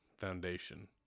foundation